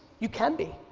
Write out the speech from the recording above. you can be.